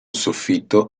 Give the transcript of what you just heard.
soffitto